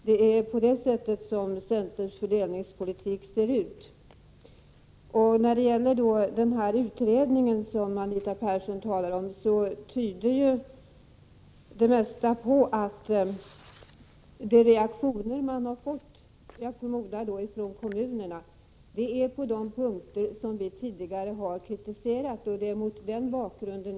Det är så centerns fördelningspolitik ser ut. Vad beträffar den utredning som Anita Persson talar om tyder det mesta på att de reaktioner som förslagen föranlett — jag förmodar att dessa reaktioner kommer från kommunerna — gäller just de punkter som vi tidigare har kritiserat.